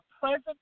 present